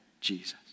Jesus